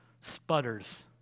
sputters